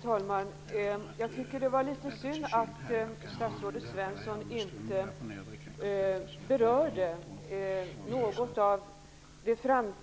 Fru talman! Jag tycker att det var litet synd att statsrådet Svensson inte berörde något av